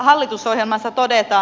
hallitusohjelmassa todetaan